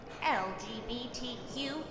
LGBTQ